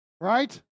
Right